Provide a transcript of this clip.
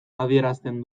adierazten